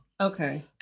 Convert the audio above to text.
okay